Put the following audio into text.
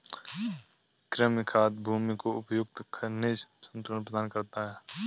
कृमि खाद भूमि को उपयुक्त खनिज संतुलन प्रदान करता है